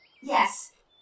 Yes